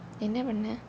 ஒன்னு:onnu